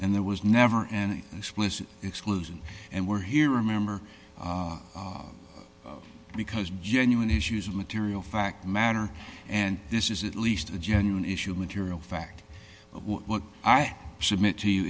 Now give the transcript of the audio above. and there was never an explicit exclusion and we're here remember because genuine issues of material fact matter and this is at least a genuine issue material fact what i submit to you